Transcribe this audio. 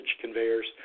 conveyors